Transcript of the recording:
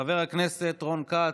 חבר הכנסת רון כץ,